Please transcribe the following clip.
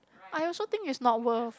I also think it's not worth